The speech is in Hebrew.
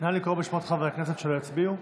נא לקרוא בשמות חברי הכנסת שלא הצביעו.